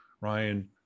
Ryan